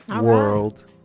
World